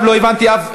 אנחנו בדיון כזה.